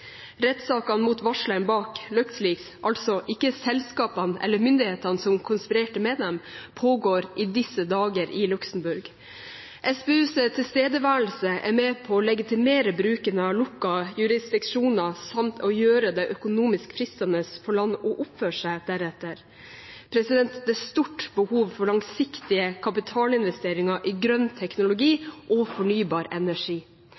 mot varsleren bak Luxleaks, altså ikke selskapene eller myndighetene som konspirerte med dem, pågår i disse dager i Luxemburg. SPUs tilstedeværelse er med på å legitimere bruken av lukkede jurisdiksjoner samt gjøre det økonomisk fristende for land å oppføre seg deretter. Det er stort behov for langsiktige kapitalinvesteringer i grønn teknologi og fornybar energi.